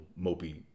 mopey